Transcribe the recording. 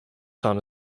son